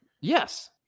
Yes